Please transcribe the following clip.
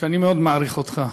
אני מאוד מעריך אותך,